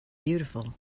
beautiful